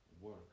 work